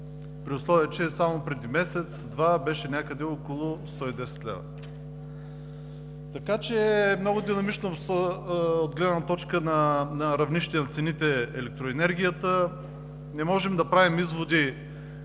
при условие че само преди месец-два беше някъде около 110 лв. Така че е много динамично от гледна точка на равнище на цените на електроенергията. Не можем да правим изводи